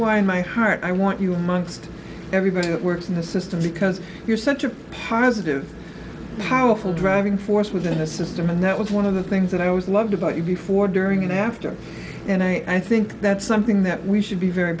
in my heart i want you mongst everybody that works in the system because you're such a positive powerful driving force within the system and that was one of the things that i always loved about you before during and after and i think that's something that we should be very